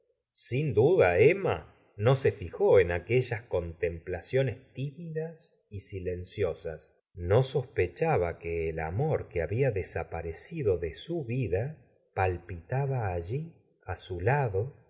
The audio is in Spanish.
sin duda emma no se fijó en aquellas conteroplaciones tímidas y silenciosas no sospechaba que el amor que había desaparecido de su vida palpita ba allí á su lado